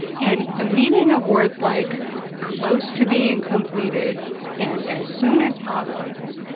and the meaning of words like close to being completed and as soon as possible,